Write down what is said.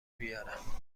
بیارم